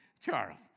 Charles